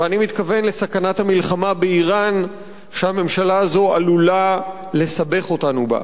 ואני מתכוון לסכנת המלחמה באירן שהממשלה הזאת עלולה לסבך אותנו בה.